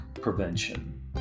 prevention